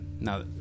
Now